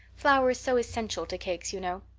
flour is so essential to cakes, you know.